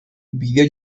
bideo